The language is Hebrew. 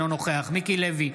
אינו נוכח מיקי לוי,